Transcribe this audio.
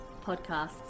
podcasts